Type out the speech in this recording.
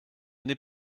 n’est